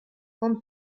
con